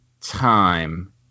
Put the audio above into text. time